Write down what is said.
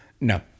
No